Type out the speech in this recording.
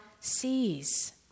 sees